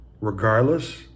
regardless